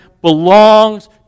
belongs